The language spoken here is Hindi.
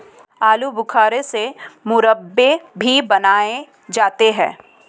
आलू बुखारा से मुरब्बे भी बनाए जाते हैं